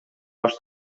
баш